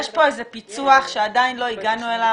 יש פה איזה פיצוח שעדיין לא הגענו אליו